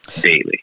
daily